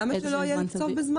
למה שלא יהיה תחום בזמן?